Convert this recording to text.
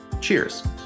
Cheers